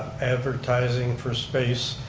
advertising for space.